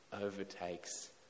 overtakes